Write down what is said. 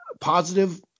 positive